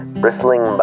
bristling